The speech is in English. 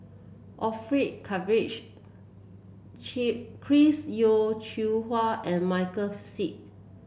Orfeur Cavenagh Chris Yeo Siew Hua and Michael Seet